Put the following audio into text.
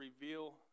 reveal